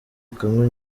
kamwe